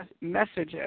messages